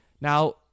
Now